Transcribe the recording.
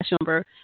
number